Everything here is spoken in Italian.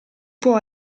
può